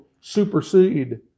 supersede